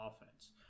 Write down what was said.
offense